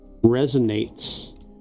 resonates